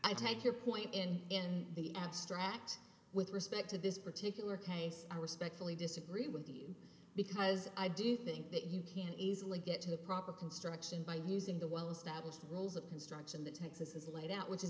i take your point and in the abstract with respect to this particular case i respectfully disagree with you because i do think that you can easily get to the proper construction by using the well established rules of construction that texas has laid out which is